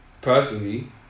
Personally